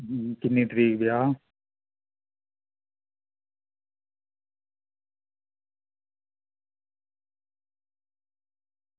किन्नी तरीक ब्याह्